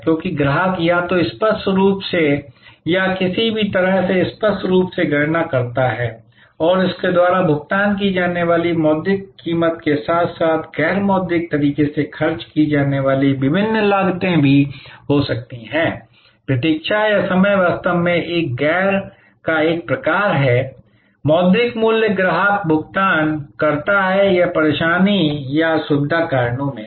क्योंकि ग्राहक या तो स्पष्ट रूप से या किसी भी तरह से स्पष्ट रूप से गणना करता है उसके द्वारा भुगतान की जाने वाली मौद्रिक कीमत के साथ साथ गैर मौद्रिक तरीके से खर्च की जाने वाली विभिन्न लागतें भी हो सकती हैं प्रतीक्षा या समय वास्तव में एक गैर का एक प्रकार है मौद्रिक मूल्य ग्राहक भुगतान करता है या परेशानी या सुविधा कारकों में